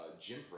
Jim